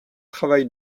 travail